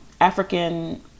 African